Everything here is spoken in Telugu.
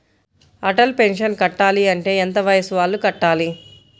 అటల్ పెన్షన్ కట్టాలి అంటే ఎంత వయసు వాళ్ళు కట్టాలి?